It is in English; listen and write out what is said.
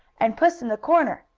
and puss-in-the-corner,